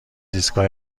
ایستگاه